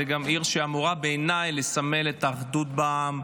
זו גם העיר שאמורה בעיניי לסמל את האחדות בעם,